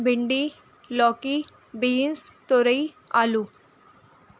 بھنڈی لوکی بینس تورئی آلو